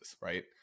right